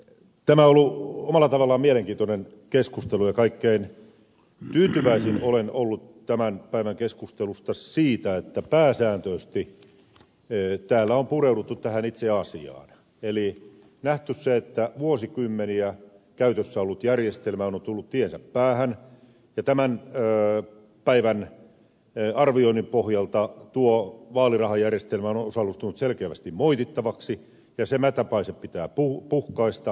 tämä on ollut omalla tavallaan mielenkiintoinen keskustelu ja kaikkein tyytyväisin olen ollut tämän päivän keskustelussa siihen että pääsääntöisesti täällä on pureuduttu itse asiaan eli on nähty se että vuosikymmeniä käytössä ollut järjestelmä on tullut tiensä päähän tämän päivän arvioinnin pohjalta tuo vaalirahajärjestelmä on osoittautunut selkeästi moitittavaksi ja se mätäpaise pitää puhkaista